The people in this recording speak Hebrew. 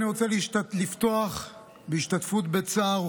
אני רוצה לפתוח בהשתתפות בצערה של משפחתו של